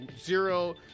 zero